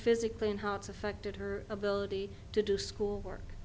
physically and how it's affected her ability to do school work